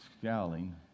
scowling